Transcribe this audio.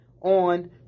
On